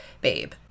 babe